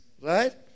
Right